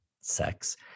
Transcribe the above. sex